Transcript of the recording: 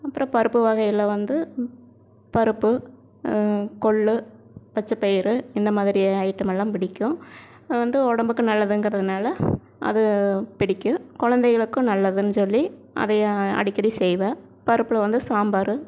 அப்புறம் பருப்பு வகைகள்ல வந்து பருப்பு கொள்ளு பச்சப்பயிறு இந்தமாதிரி ஐட்டம் எல்லாம் பிடிக்கும் வந்து உடம்புக்கு நல்லதுங்குறதனால அது பிடிக்கும் குழந்தைகளுக்கும் நல்லதுன்னு சொல்லி அதையும் அடிக்கடி செய்வேன் பருப்பில் வந்து சாம்பார்